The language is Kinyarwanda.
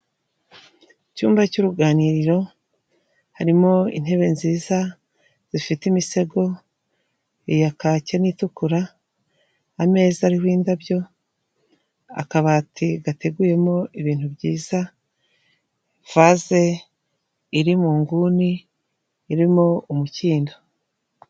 Icyumba cy'uruganiriro harimo intebe nziza zifite imisego ya kake n'itukura, ameza ariho indabyo, akabati gateguyemo ibintu byiza, vaze iri mu nguni irimo umukindo.